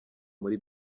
muri